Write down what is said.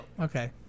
Okay